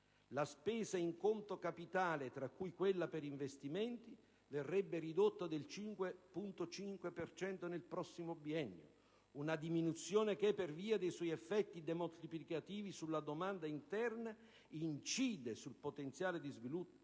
La spesa in conto capitale, tra cui quella per investimenti, verrebbe ridotta del 5,5 per cento nel prossimo biennio, una diminuzione che, per via dei suoi effetti demoltiplicativi sulla domanda interna, incide sul potenziale di sviluppo